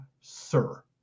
sir